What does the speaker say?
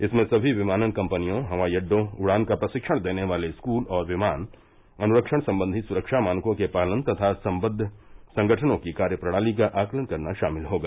इसमें सभी विमानन कंपनियों हवाई अड्डों उड़ान का प्रशिक्षण देने वाले स्कूल और विमान अनुरक्षण संबंधी सुरक्षा मानकों के पालन तथा संबद्ध संगठनों की कार्य प्रणाली का आकलन करना शामिल होगा